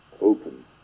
open